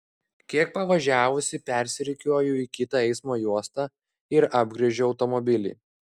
kiek pavažiavusi persirikiuoju į kitą eismo juostą ir apgręžiu automobilį